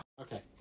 Okay